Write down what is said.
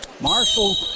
Marshall